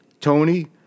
Tony